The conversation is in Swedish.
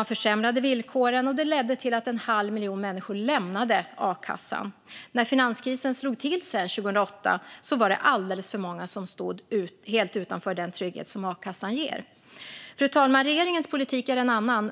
och försämrade villkoren. Detta ledde till att en halv miljon människor lämnade a-kassan. När finanskrisen sedan slog till 2008 var det alldeles för många som stod helt utanför den trygghet som a-kassan ger. Fru talman! Regeringens politik är en annan.